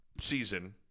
season